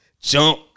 jump